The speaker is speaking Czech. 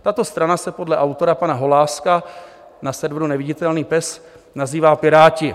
Tato strana se podle autora pana Holáska na serveru Neviditelný pes nazývá Piráti.